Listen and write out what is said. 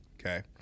Okay